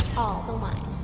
all the wine.